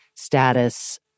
status